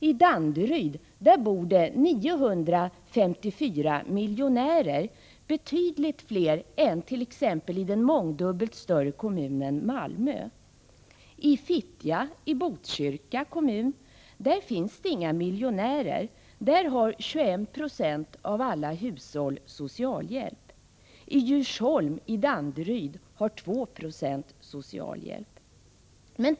I Danderyd bor det 954 miljonärer, betydligt fler än i t.ex. den mångdubbelt större kommunen Malmö. I Fittja i Botkyrka kommun finns inga miljonärer. Där har 21926 av alla hushåll socialhjälp. I Djursholm i Danderyd har 2 90 socialhjälp.